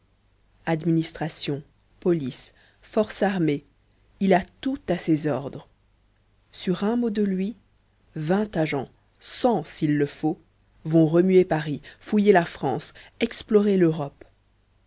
administration police force armée il a tout à ses ordres sur un mot de lui vingt agents cent s'il le faut vont remuer paris fouiller la france explorer l'europe